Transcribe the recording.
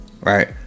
Right